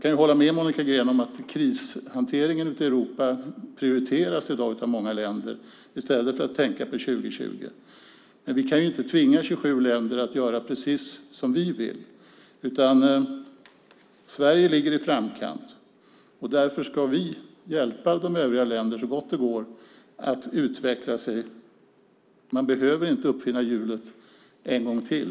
Jag kan hålla med Monica Green om att krishanteringen prioriteras av många länder i dag ute i Europa i stället för att man tänker på 2020. Men vi kan inte tvinga 27 länder att göra precis som vi vill. Sverige ligger i framkant, och därför ska vi hjälpa de övriga länderna så gott det går att utveckla sig. Man behöver inte uppfinna hjulet en gång till.